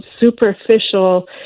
superficial